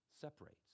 separates